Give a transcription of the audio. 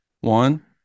One